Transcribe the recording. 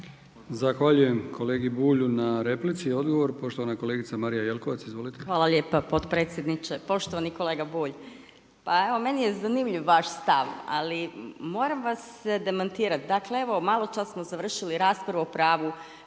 Zahvaljujem kolegi Bulju na replici. Odgovor poštovana kolegica Marija Jelkovac. Izvolite. **Jelkovac, Marija (HDZ)** Poštovani kolega Bulj, pa evo meni je zanimljiv vaš stav, ali moram vas demantirat. Dakle malo čas smo završili raspravu